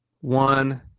one